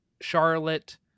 charlotte